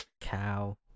Cow